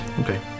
Okay